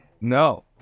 No